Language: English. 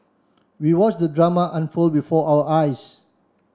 we watched the drama unfold before our eyes